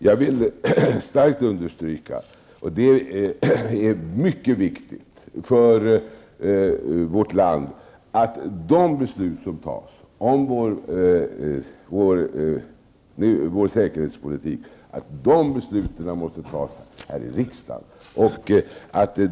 Jag vill starkt understryka, och det är mycket viktigt för vårt land, att de beslut som tas om vår säkerhetspolitik måste tas här i riksdagen.